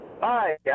Hi